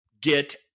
get